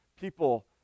people